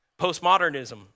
Postmodernism